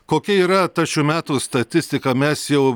kokia yra ta šių metų statistika mes jau